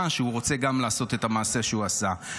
שגם הוא רוצה לעשות את המעשה שהוא עשה.